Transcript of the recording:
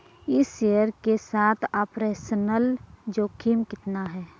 इस शेयर के साथ ऑपरेशनल जोखिम कितना है?